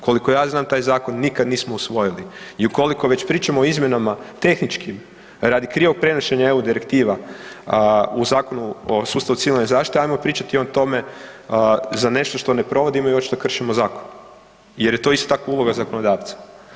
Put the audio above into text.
Koliko ja znam taj Zakon nikad nismo usvojili i ukoliko već pričamo o izmjenama tehničkim, radi krivog prenošenja EU Direktiva u Zakonu o sustavu Civilne zaštite, ajmo pričati o tome za nešto što ne provodimo i očito kršimo Zakon, jer je to isto tako uloga zakonodavca.